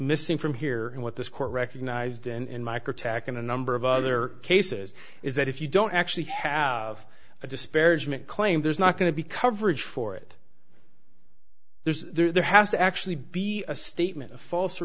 missing from here and what this court recognized and micro tack in a number of other cases is that if you don't actually have a disparagement claim there's not going to be coverage for it there's there there has to actually be a statement a false or